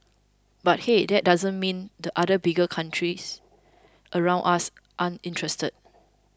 but hey that doesn't mean the other big countries around us aren't interested